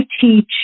teach